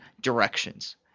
directions